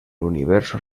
universo